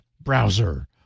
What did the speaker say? browser